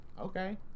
Okay